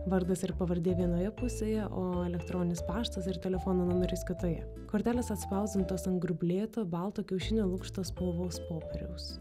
vardas ir pavardė vienoje pusėje o elektroninis paštas ir telefono numeris kitoje kortelės atspausdintos ant grublėto balto kiaušinio lukšto spalvos popieriaus